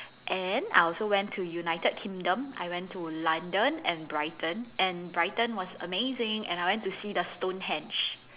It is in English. and I also went to United Kingdom I went to London and Brighton and Brighton was amazing and I went to see the Stonehenge